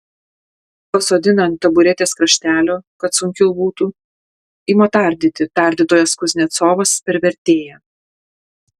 pasodina ant taburetės kraštelio kad sunkiau būtų ima tardyti tardytojas kuznecovas per vertėją